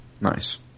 Nice